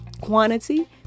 quantity